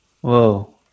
Whoa